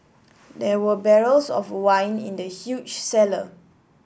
there were barrels of wine in the huge cellar